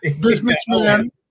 businessman